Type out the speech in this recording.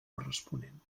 corresponent